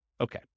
Okay